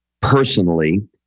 personally